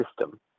system